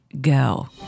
go